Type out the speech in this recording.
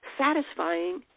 satisfying